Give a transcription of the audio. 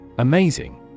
Amazing